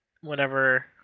whenever